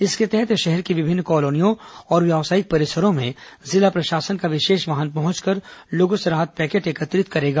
इसके तहत शहर की विभिन्न कॉलोनियों और व्यावसयिक परिसरों में जिला प्रशासन का विशेष वाहन पहुंचकर लोगों से राहत पैकेट एकत्रित करेगा